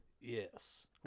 yes